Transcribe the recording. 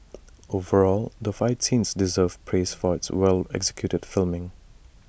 overall the fight scenes deserve praise for its well executed filming